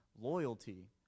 loyalty